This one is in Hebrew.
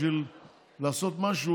בשביל לעשות משהו,